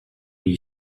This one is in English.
you